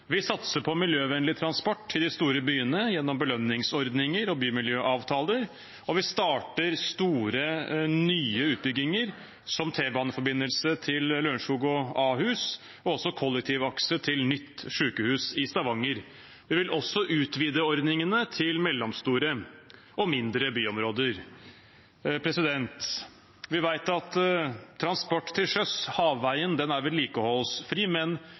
Vi satser på miljøvennlig transport til de store byene gjennom belønningsordninger og bymiljøavtaler, og vi starter store, nye utbygginger, som T-baneforbindelse til Lørenskog og Ahus og kollektivakse til nytt sykehus i Stavanger. Vi vil også utvide ordningene til mellomstore og mindre byområder. Vi vet at transport til sjøs, havveien, er